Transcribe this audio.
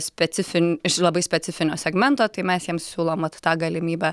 specifin labai specifinio segmento tai mes jiems siūlom vat tą galimybę